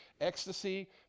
ecstasy